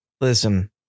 Listen